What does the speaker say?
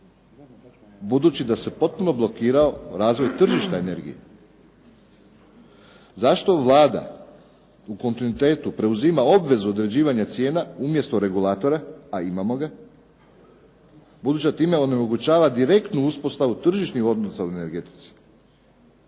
budući da se potpuno blokirao razvoj tržišta energije. Zašto Vlada u kontinuitetu preuzima obvezu određivanja cijena umjesto regulatora, a imamo ga, budući da time onemogućava direktnu uspostavu tržišnih odnosa u energetici?